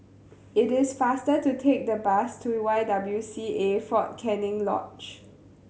it is faster to take the bus to Y W C A Fort Canning Lodge